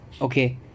Okay